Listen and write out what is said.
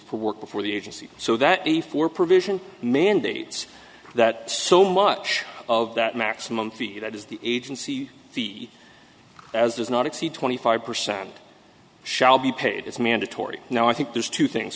for work before the agency so that a four provision mandates that so much of that maximum fee that is the agency fee as does not exceed twenty five percent shall be paid is mandatory now i think there's two things